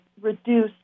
reduce